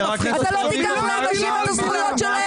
לא תיקח מאנשים את הזכות שלהם.